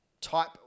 type